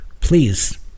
please